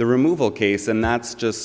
the removal case and that's just